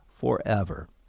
forever